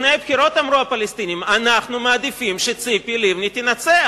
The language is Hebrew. לפני הבחירות אמרו הפלסטינים: אנחנו מעדיפים שציפי לבני תנצח.